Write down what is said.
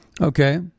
Okay